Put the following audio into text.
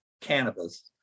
cannabis